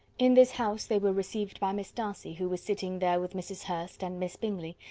in this house they were received by miss darcy, who was sitting there with mrs. hurst and miss bingley,